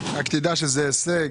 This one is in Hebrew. רק תדע שזה הישג,